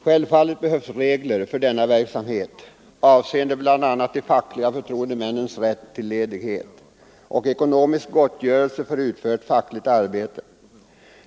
Självfallet behövs regler för denna verksamhet, avseende bl.a. de fackliga förtroendemännens rätt till ledighet och ekonomisk gottgörelse för utfört fackligt arbete.